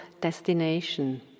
destination